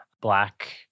black